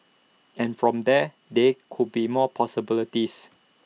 and from there they could be more possibilities